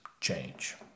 change